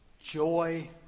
Joy